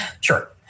Sure